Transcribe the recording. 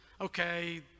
okay